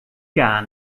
gar